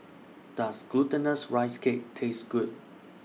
Does Glutinous Rice Cake Taste Good